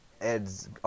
Ed's